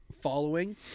following